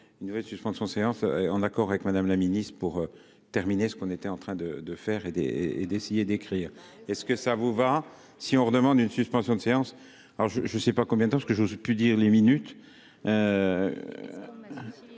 une nouvelle suspension de séance, en accord avec Madame la Ministre, pour terminer ce qu'on était en train de de faire et et et d'essayer d'écrire est-ce que ça vous va si on leur demande une suspension de séance, alors je je sais pas combien de temps ce que j'aurais pu dire les minutes